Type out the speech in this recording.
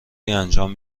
انجام